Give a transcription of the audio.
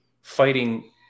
fighting